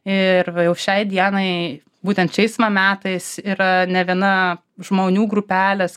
ir va jau šiai dienai būtent šiais metais yra ne viena žmonių grupelės